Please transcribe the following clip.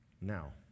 Now